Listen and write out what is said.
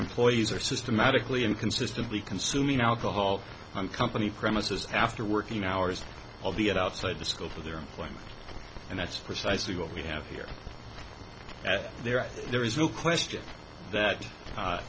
employees are systematically and consistently consuming alcohol on company premises after working hours of the outside the scope of their employment and that's precisely what we have here at their there is no question that